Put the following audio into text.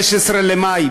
15 במאי,